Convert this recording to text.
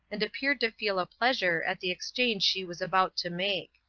and appeared to feel a pleasure at the exchange she was about to make.